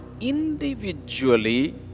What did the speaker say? individually